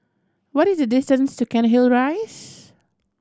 what is the distance to Cairnhill Rise